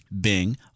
Bing